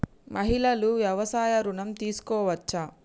మహిళలు వ్యవసాయ ఋణం తీసుకోవచ్చా?